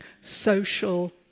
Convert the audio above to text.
social